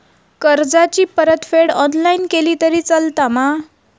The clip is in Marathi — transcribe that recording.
कर्जाची परतफेड ऑनलाइन केली तरी चलता मा?